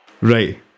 Right